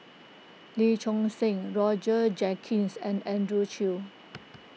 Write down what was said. Lee Choon Seng Roger Jenkins and Andrew Chew